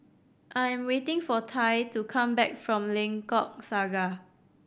I am waiting for Tai to come back from Lengkok Saga